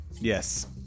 Yes